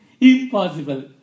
Impossible